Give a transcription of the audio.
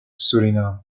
suriname